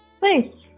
Thanks